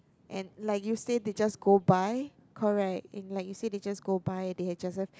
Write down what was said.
and like you say they just go buy correct and like you say they just go buy they had just